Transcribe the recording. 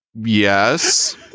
Yes